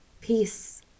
peace